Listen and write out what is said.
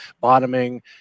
bottoming